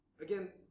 again